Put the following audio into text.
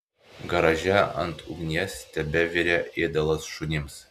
garaže ant ugnies tebevirė ėdalas šunims